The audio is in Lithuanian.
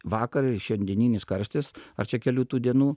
vakar ir šiandieninis karštis ar čia kelių tų dienų